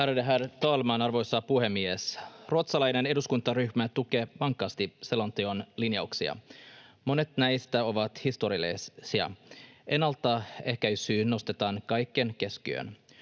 Ärade herr talman, arvoisa puhemies! Ruotsalainen eduskuntaryhmä tukee vankasti selonteon linjauksia. Monet näistä ovat historiallisia. Ennaltaehkäisy nostetaan kaiken keskiöön.